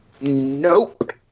Nope